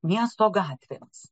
miesto gatvėmis